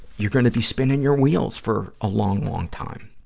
you're gonna be spinning your wheels for a long, long time.